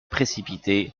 précipitée